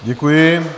Děkuji.